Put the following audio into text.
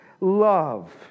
love